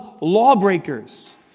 lawbreakers